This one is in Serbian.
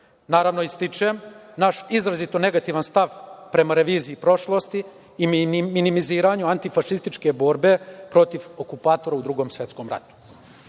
četnika. Naravno, ističem naš izrazito negativan stav prema reviziji prošlosti i minimiziranju antifašističke borbe protiv okupatora u Drugom svetskom ratu. Pred